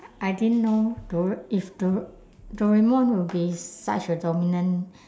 I didn't know dor~ if dor~ doraemon will be such a dominant